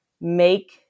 make